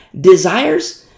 desires